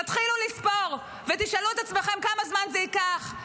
תתחילו לספור ותשאלו את עצמכם כמה זמן זה ייקח,